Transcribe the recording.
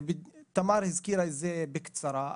תמר הזכירה את זה בקצרה,